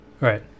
right